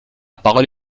parole